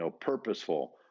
purposeful